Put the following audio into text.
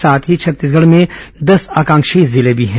साथ ही छत्तीसगढ़ में दस आकांक्षी जिले भी हैं